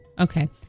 Okay